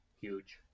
huge